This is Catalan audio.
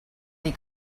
dir